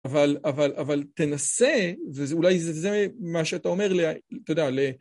אבל תנסה, ואולי זה מה שאתה אומר, אתה יודע,